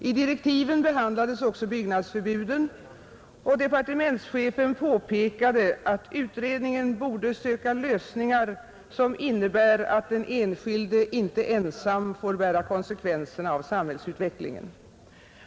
I direktiven behandlades också byggnadsförbuden och departementschefen påpekade att utredningen borde söka lösningar, som innebär att den enskilde inte ensam får bära konsekvenserna av samhällsutvecklingen.